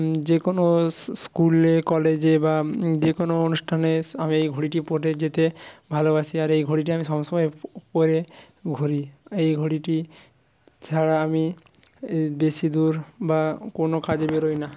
যে কোনো স্কুলে কলেজে বা যে কোনো অনুষ্ঠানে আমি এই ঘড়িটি পরে যেতে ভালোবাসি আর এই ঘড়িটি আমি সবসময় পরে ঘুরি এই ঘড়িটি ছাড়া আমি বেশি দূর বা কোনো কাজে বেরোই না